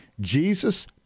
Jesus